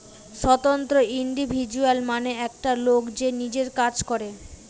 স্বতন্ত্র ইন্ডিভিজুয়াল মানে একটা লোক যে নিজের কাজ করে